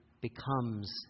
becomes